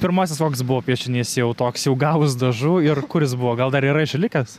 pirmasis koks buvo piešinys jau toks jau gavus dažų ir kur jis buvo gal dar yra išlikęs